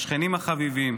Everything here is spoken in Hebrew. השכנים חביבים,